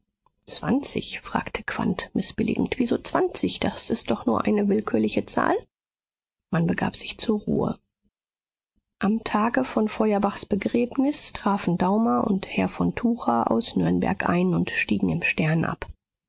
zwanzig sagte quandt mißbilligend wieso zwanzig das ist doch nur eine willkürliche zahl man begab sich zur ruhe am tage von feuerbachs begräbnis trafen daumer und herr von tucher aus nürnberg ein und stiegen im stern ab